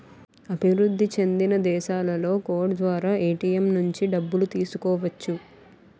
అభివృద్ధి చెందిన దేశాలలో కోడ్ ద్వారా ఏటీఎం నుంచి డబ్బులు తీసుకోవచ్చు